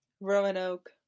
Roanoke